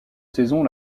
saison